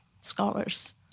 scholars